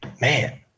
Man